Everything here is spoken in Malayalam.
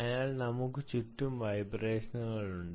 അതിനാൽ നമുക്ക് ചുറ്റും വൈബ്രേഷനുകൾ ഉണ്ട്